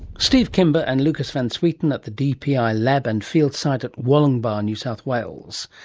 steve kimber and lukas van zwieten at the dpi lab and field site at wollongbar, new south wales.